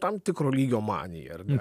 tam tikro lygio manija ar ne